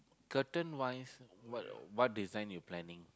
curtain wise what what what design you planning